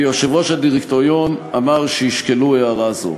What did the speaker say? ויושב-ראש הדירקטוריון אמר שישקלו הערה זו.